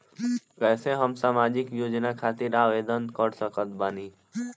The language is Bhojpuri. कैसे हम सामाजिक योजना खातिर आवेदन कर सकत बानी?